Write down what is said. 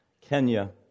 Kenya